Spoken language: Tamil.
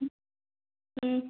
ம் ம்